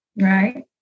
Right